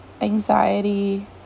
anxiety